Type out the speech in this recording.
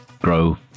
grow